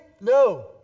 No